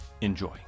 Enjoy